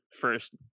first